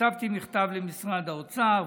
כתבתי מכתב למשרד האוצר.